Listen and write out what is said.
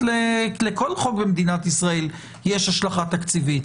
לכל חוק במדינת ישראל יש השלכה תקציבית.